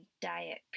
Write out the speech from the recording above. diet